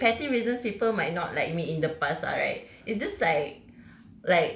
okay petty reasons people might not like me in the past ah right it's just like